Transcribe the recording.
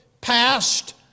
passed